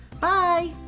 Bye